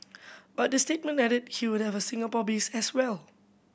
but the statement added he would have a Singapore base as well